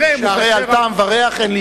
שהרי על טעם וריח אין להתווכח.